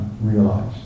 realized